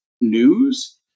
news